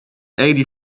eighty